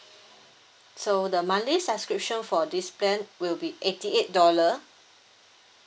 so the monthly subscription for this plan will be eighty eight dollar